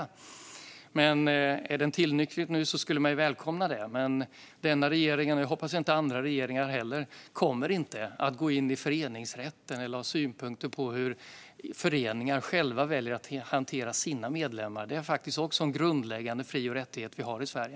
Är detta nu en tillnyktring skulle man ju välkomna det. Den här regeringen, och jag hoppas inte andra regeringar heller, kommer inte att gå in i föreningsrätten eller ha synpunkter på hur föreningar själva väljer att hantera sina medlemmar. Det är också en grundläggande fri och rättighet som vi har i Sverige.